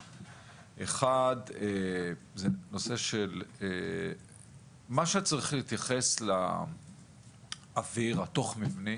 הדבר הראשון זה שצריך להתייחס לאוויר התוך מבני